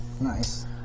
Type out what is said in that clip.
Nice